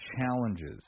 challenges